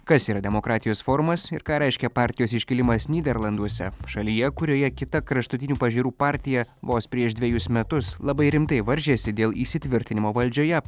kas yra demokratijos forumas ir ką reiškia partijos iškilimas nyderlanduose šalyje kurioje kita kraštutinių pažiūrų partija vos prieš dvejus metus labai rimtai varžėsi dėl įsitvirtinimo valdžioje